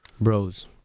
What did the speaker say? bros